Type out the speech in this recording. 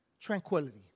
tranquility